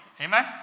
Amen